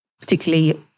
particularly